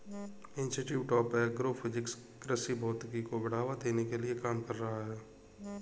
institute of Agro Physics कृषि भौतिकी को बढ़ावा देने के लिए काम कर रहा है